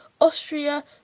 Austria